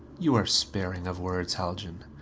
you are sparing of words, haljan.